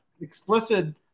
explicit